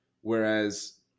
Whereas